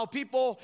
people